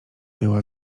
była